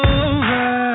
over